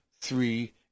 three